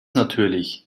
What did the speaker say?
natürlich